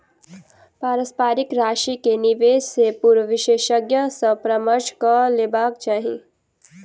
पारस्परिक राशि के निवेश से पूर्व विशेषज्ञ सॅ परामर्श कअ लेबाक चाही